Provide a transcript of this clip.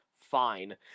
fine